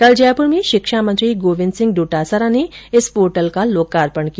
कल जयपुर में शिक्षा मंत्री गोविन्द सिंह डोटासरा ने इस पोर्टल का लोकार्पण किया